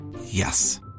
Yes